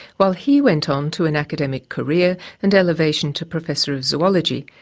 while he went on to an academic career and elevation to professor of zoology,